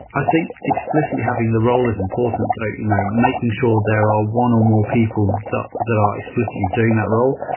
i think, explicitly having the role is important. so you know making sure there are one or more people that are explicitly doing that role,